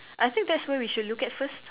I think that's where we should look at first